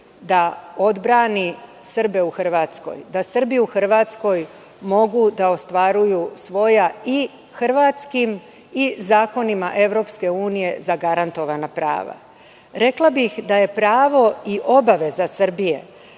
da odbrani Srbe u Hrvatskoj, da Srbi u Hrvatskoj mogu da ostvaruju svoja, i hrvatskim i zakonima EU, zagarantovana prava? Rekla bih da je pravo i obaveza Srbije